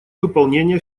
выполнения